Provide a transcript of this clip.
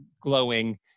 glowing